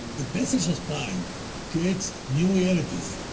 the passage of time creates new realities.